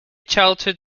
childhood